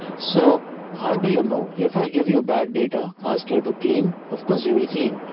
so how do you know if i give you bad data? ask you to clean. of course you will clean,